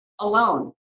alone